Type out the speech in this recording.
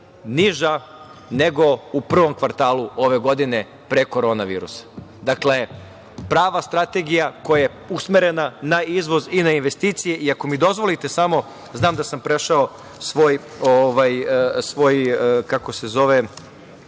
niža nego u prvom kvartalu ove godine pre korona virusa. Dakle, prava strategija koja je usmerena na izvoz i na investicije. Ako mi dozvolite samo, znam da sam prešao svoje vreme